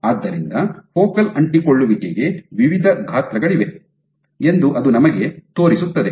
ಆದ್ದರಿಂದ ಫೋಕಲ್ ಅಂಟಿಕೊಳ್ಳುವಿಕೆಗೆ ವಿವಿಧ ಗಾತ್ರಗಳಿವೆ ಎಂದು ಅದು ನಿಮಗೆ ತೋರಿಸುತ್ತದೆ